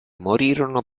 morirono